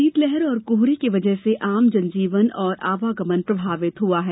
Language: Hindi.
शीतलहर और कोहरे की वजह से आम जन जीवन और आवागमन प्रभावित हुआ है